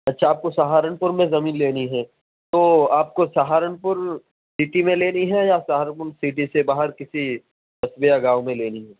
اچھا آپ کو سہارنپور میں زمین لینی ہے تو آپ کو سہارنپور سٹی میں لینی ہے یا سہارنپور سٹی سے باہر کسی قصبے یا گاؤں میں لینی ہے